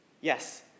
Yes